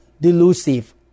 delusive